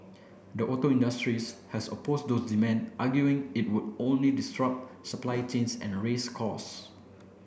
the auto industry's has opposed those demand arguing it would only disrupt supply chains and raise costs